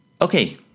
Okay